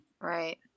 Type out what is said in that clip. Right